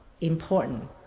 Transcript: important